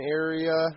area